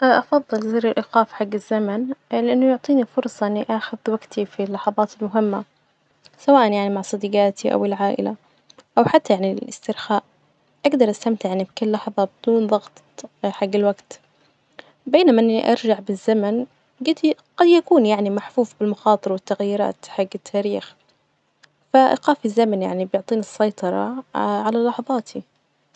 أفضل زر الإيقاف حج الزمن لإنه يعطيني فرصة إني أخذ وقتي في اللحظات المهمة، سواء يعني مع صديجاتي أو العائلة أو حتى يعني للإسترخاء، أجدر أستمتع يعني بكل لحظة بدون ضغط حج الوقت، بينما إني أرجع بالزمن جالت لي قد يكون يعني محفوف بالمخاطر والتغييرات حج التاريخ، فإيقاف الزمن يعني بيعطيني السيطرة على لحظاتي.